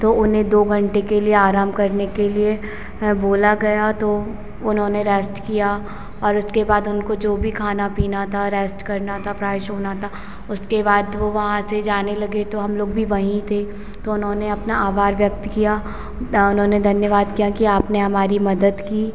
तो उन्हें दो घंटे के लिए आराम करने के लिए बोला गया तो उन्होंने रेस्ट किया और उसके बाद उनको जो भी खाना पीना था रेस्ट करना था फ्रेश होना था उसके बाद वह वहाँ से जाने लगे तो हम लोग भी वहीं थे तो उन्होंने अपना आभार व्यक्त किया दा उन्होंने धन्यवाद किया कि आपने हमारी मदद की